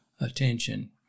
attention